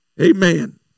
Amen